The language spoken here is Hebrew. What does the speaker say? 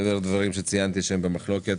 מעבר לדברים שציינתי שהם במחלוקת,